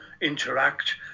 interact